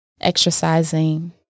exercising